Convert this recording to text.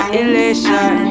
elation